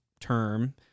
term